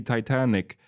Titanic